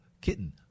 kitten